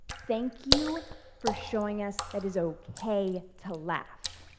thank you for showing us that is ok to laugh.